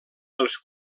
els